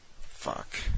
Fuck